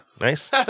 nice